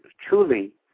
truly